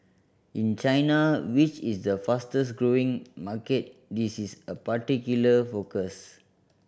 in China which is the fastest growing market this is a particular focus